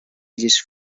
gdzieś